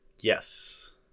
yes